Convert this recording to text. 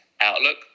Outlook